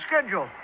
schedule